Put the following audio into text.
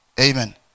Amen